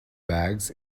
bags